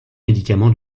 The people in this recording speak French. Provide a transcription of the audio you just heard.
médicaments